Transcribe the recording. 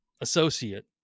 associate